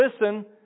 listen